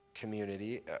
community